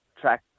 track